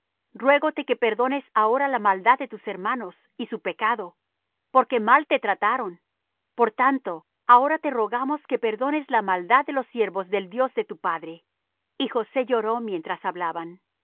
josé ruégote que perdones ahora la maldad de tus hermanos y su pecado porque mal te trataron por tanto ahora te rogamos que perdones la maldad de los siervos del dios de tu padre y josé lloró mientras hablaban